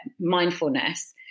mindfulness